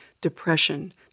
Depression